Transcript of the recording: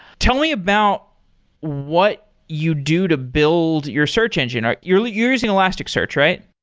tell me about what you do to build your search engine. you're using elasticsearch, right?